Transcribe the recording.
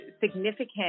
significant